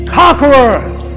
conquerors